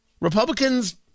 Republicans